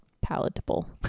palatable